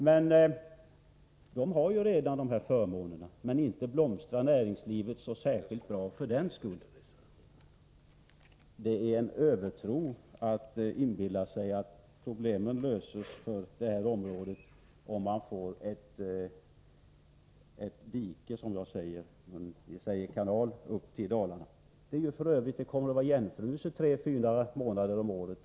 Det kan man säga är en förmån, men ändå blomstrar inte näringslivet. Att inbilla sig att problemen löses i och med ett dike — om jag får uttrycka mig på det sättet — upp till Dalarna är övertro. Jag vill tillägga att farleden skulle vara igenfrusen tre fyra månader om året.